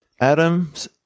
Adam's